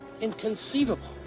Inconceivable